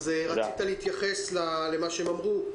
רצית להתייחס למה שהם אמרו?